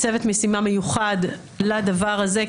צוות משימה מיוחד לדבר הזה.